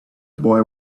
boy